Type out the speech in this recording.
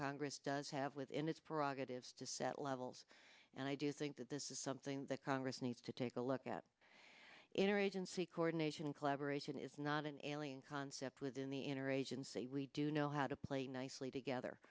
congress does have within its prerogative to set levels and i do think that this is something that congress needs to take a look at inner agency coordination and collaboration is not an alien concept within the inner agency we do know how to play nicely together